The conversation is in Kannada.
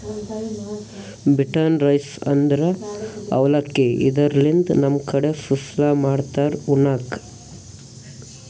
ಬಿಟನ್ ರೈಸ್ ಅಂದ್ರ ಅವಲಕ್ಕಿ, ಇದರ್ಲಿನ್ದ್ ನಮ್ ಕಡಿ ಸುಸ್ಲಾ ಮಾಡ್ತಾರ್ ಉಣ್ಣಕ್ಕ್